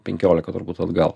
penkiolika turbūt atgal